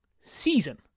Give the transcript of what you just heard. season